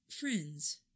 Friends